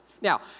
Now